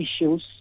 issues